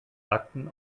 akten